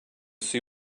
see